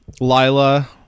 Lila